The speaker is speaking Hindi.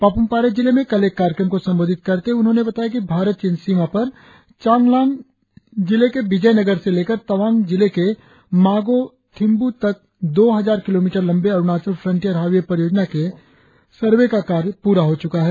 पापुमपारे जिलें में कल एक कार्यक्रम को संबोधित करते हुए उन्होंने बताया कि भारत चीन सीमा पर चांगलाग के विजयनगर से लेकर तवांग जिले के मागो थिम्बू तक दो हजार किलोमीटर लंबे अरुणाचल फ्रंटियर हाइवें परियोजना के सर्वे का कार्य पूरा हो चुका है